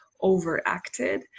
overacted